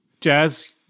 Jazz